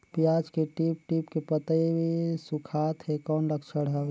पियाज के टीप टीप के पतई सुखात हे कौन लक्षण हवे?